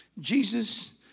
Jesus